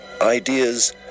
ideas